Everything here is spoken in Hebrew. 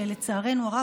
לצערנו הרב,